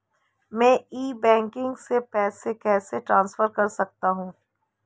मैं e banking से पैसे कैसे ट्रांसफर कर सकता हूं?